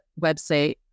website